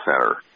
Center